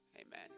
Amen